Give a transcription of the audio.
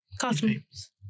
costumes